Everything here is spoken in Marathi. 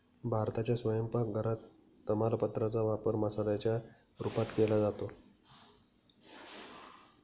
भारताच्या स्वयंपाक घरात तमालपत्रा चा वापर मसाल्याच्या रूपात केला जातो